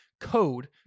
code